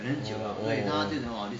orh orh orh